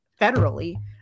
federally